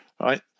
right